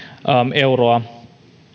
euroa